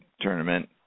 tournament